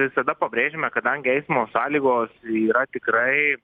visada pabrėžiame kadangi eismo sąlygos yra tikrai